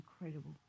incredible